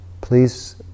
please